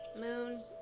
Moon